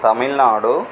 Tamil Nadu